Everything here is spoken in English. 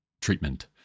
treatment